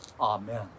Amen